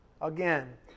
Again